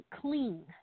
clean